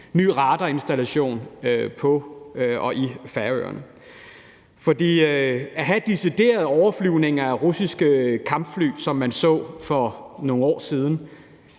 ny radarinstallation på Færøerne. For at have deciderede overflyvninger af russiske kampfly, som man så for nogle år siden,